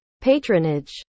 patronage